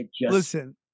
Listen